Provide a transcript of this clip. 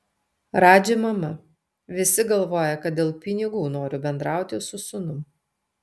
radži mama visi galvoja kad dėl pinigų noriu bendrauti su sūnum